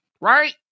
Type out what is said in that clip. Right